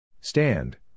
Stand